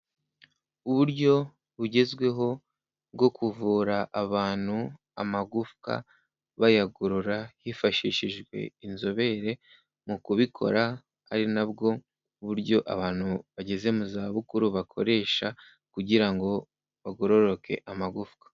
Uburyo bugezweho bwo kuvura abantu amagufwa bayagorora hifashishijwe inzobere mu kubikora ari nabwo buryo abantu bageze mu za bukuru bakoresha kugira ngo bagororoke amagufwa.